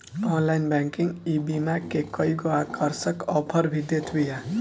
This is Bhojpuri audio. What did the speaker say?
ऑनलाइन बैंकिंग ईबीमा के कईगो आकर्षक आफर भी देत बिया